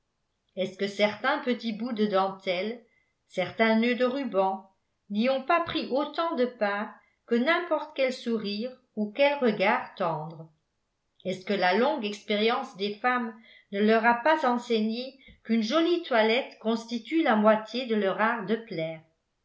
est-ce que certains petits bouts de dentelle certains nœuds de ruban n'y ont pas pris autant de part que n'importe quel sourire ou quel regard tendre est-ce que la longue expérience des femmes ne leur a pas enseigné qu'une jolie toilette constitue la moitié de leur art de plaire